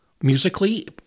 musically